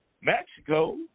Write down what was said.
Mexico